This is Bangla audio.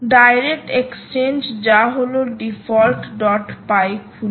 ডাইরেক্ট এক্সচেঞ্জ যা হলো ডিফল্টপাই defaultpy খুলি